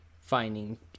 finding